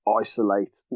isolate